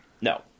No